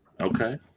Okay